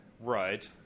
Right